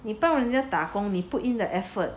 你帮人家打工呢 put in the effort